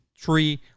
three